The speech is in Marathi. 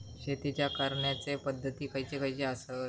शेतीच्या करण्याचे पध्दती खैचे खैचे आसत?